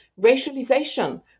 racialization